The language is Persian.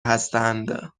هستند